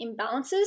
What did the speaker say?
imbalances